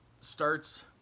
starts